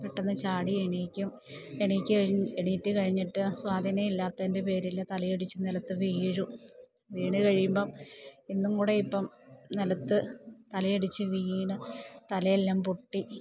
പെട്ടന്ന് ചാടി എണീക്കും എണീക്ക് കഴി എണീറ്റ് കഴിഞ്ഞിട്ട് സ്വാധീനമില്ലാത്തേൻ്റെ പേരില് തലയടിച്ച് നിലത്ത് വീഴും വീണ് കഴിയുമ്പം ഇന്നും കൂടെ ഇപ്പം നിലത്ത് തലയടിച്ച് വീണ് തലയെല്ലാം പൊട്ടി